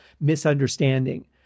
misunderstanding